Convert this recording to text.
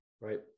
Right